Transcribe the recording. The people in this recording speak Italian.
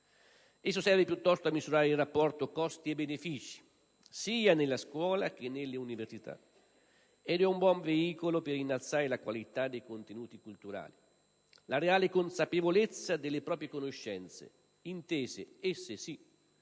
Esso serve piuttosto a misurare il rapporto costi‑benefici sia nella scuola che nelle università ed è un buon veicolo per innalzare la qualità dei contenuti culturali, la reale consapevolezza delle proprie conoscenza intese - esse sì